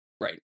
Right